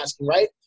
right